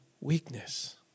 weakness